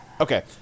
Okay